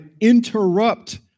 interrupt